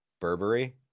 burberry